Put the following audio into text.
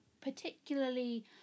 particularly